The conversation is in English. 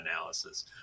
analysis